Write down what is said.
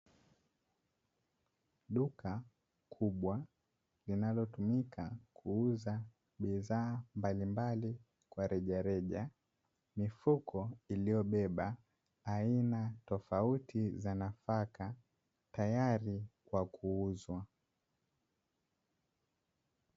Duka kubwa linalotumika kuuza bidhaa mbalimbali kwa rejareja, mifuko iliyobeba aina tofauti za nafaka tayari kwa kuuzwa.